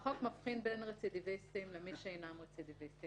החוק מבחין בין רצידיוויסטים למי שאינם רצידיוויסטים.